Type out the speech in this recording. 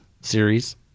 series